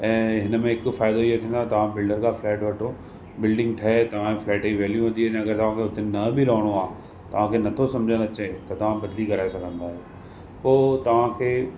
ऐं हिनमें हिकु फ़ाइदो इहो थींदो आहे तव्हां बिल्डर खां फ़्लैट वठो बिल्डिंग ठहे तव्हांजे फ़्लैट जी वैल्यू वधी वेंदी आहे अगरि तव्हांखे उते न बि रह्णोल आहे तव्हांखे नथो सम्झि में अचे त तव्हां बदली कराइ सघंदा आहियो पोइ तव्हांखे